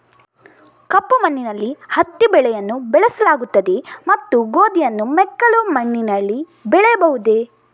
ಕಪ್ಪು ಮಣ್ಣಿನಲ್ಲಿ ಹತ್ತಿ ಬೆಳೆಯನ್ನು ಬೆಳೆಸಲಾಗುತ್ತದೆಯೇ ಮತ್ತು ಗೋಧಿಯನ್ನು ಮೆಕ್ಕಲು ಮಣ್ಣಿನಲ್ಲಿ ಬೆಳೆಯಬಹುದೇ?